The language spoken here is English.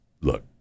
Look